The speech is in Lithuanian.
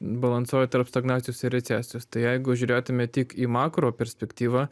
balansuoja tarp stagnacijos ir recesijos tai jeigu žiūrėtume tik į makro perspektyvą